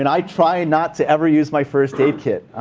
and i try not to ever use my first aid kit.